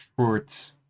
short